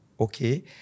okay